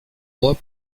mois